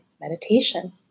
meditation